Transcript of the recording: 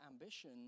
ambition